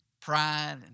pride